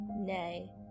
Nay